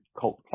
cult